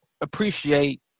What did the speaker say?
appreciate